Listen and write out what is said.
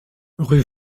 rue